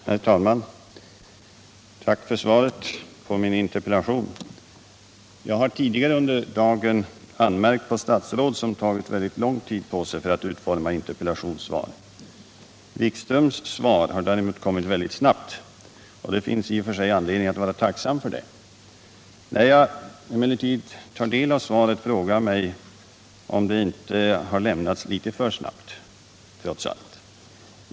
Herr talman! Tack för svaret på min interpellation. Jag har tidigare under dagen anmärkt på statsråd som tagit väldigt lång tid på sig för att utforma interpellationssvar. Wikströms svar har däremot kommit väldigt snabbt, och det finns i och för sig anledning att vara tacksam för det. När jag emellertid tar del av svaret frågar jag mig om inte svaret — trots allt — har lämnats litet för snabbt.